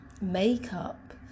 makeup